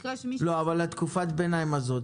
אבל לתקופת הביניים הזאת,